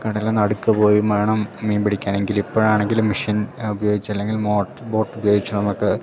കടലിന് നടുക്ക് പോയി വേണം മീൻ പിടിക്കാനെങ്കിൽ ഇപ്പോൾ ആണെങ്കിൽ മെഷിൻ ഉപയോഗിച്ച് അല്ലെങ്കിൽ മോട്ട് ബോട്ട് ഉപയോഗിച്ച് നമുക്ക്